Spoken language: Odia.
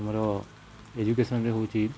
ଆମର ଏଜୁକେସନ୍ରେ ହଉଛି